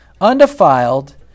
undefiled